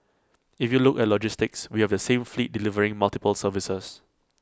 if you look at logistics we have the same fleet delivering multiple services